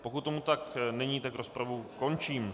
Pokud tomu tak není, rozpravu končím.